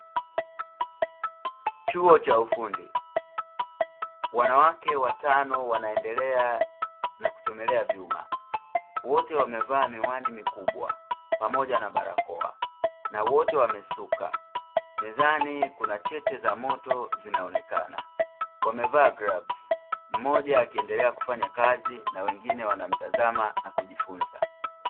Chuo cha ufundi. Wanawake watano wanaendelea na kuchomelea vyuma, wote wamevaa miwani mikubwa pamoja na barakoa, na wote wamesuka mezani kuna cheche za moto zinaonekana, wamevaa glavus, mmoja akiendelea kufanya kazi na wengine wanamtazama na kujifunza.